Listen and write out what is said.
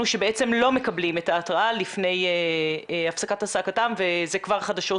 שבעצם לא מקבלים את ההתראה לפני הפסקת העסקתם וזה כבר חדשות,